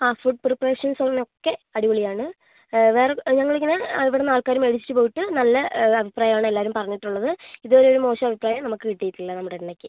ആ food preparation ഒക്കെ അടിപൊളിയാണ് വേറെ ഞങ്ങളിങ്ങനെ ഇവിടെ നിന്ന് ആൾക്കാർ മേടിച്ചിട്ട് പോയിട്ട് നല്ല അഭിപ്രായമാണ് എല്ലാവരും പറഞ്ഞിട്ടുള്ളത് ഇത് വരെ ഒരു മോശം അഭിപ്രായം നമ്മൾക്ക് കിട്ടിയിട്ടില്ല നമ്മുടെ എണ്ണയ്ക്ക്